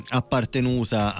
appartenuta